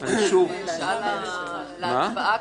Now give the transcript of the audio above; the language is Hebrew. אפשר הצבעה?